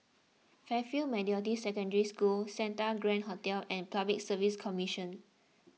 Fairfield Methodist Secondary School Santa Grand Hotel and Public Service Commission